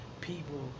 people